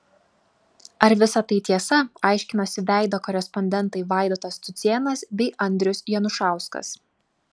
ar visa tai tiesa aiškinosi veido korespondentai vaidotas cucėnas bei andrius janušauskas